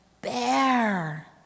bear